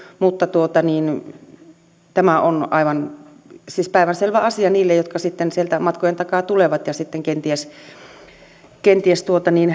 mutta tämä on siis aivan päivänselvä asia niille jotka sieltä matkojen takaa tulevat ja on kenties